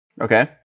Okay